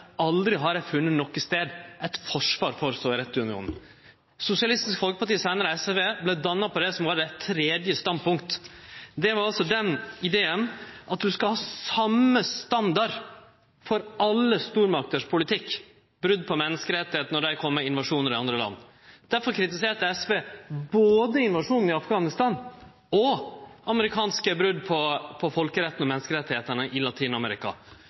Aldri har eg nokon stad funne eit forsvar for Sovjetunionen. Sosialistisk Folkeparti, seinare SV, vart danna på det som var det tredje standpunktet. Det var ideen om at du skal ha same standard for politikken til alle stormaktene – brot på menneskerettane når dei kjem ved invasjonar i andre land. Derfor kritiserte SV både invasjonen i Afghanistan og amerikanske brot på folkerettane og menneskerettane i